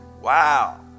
Wow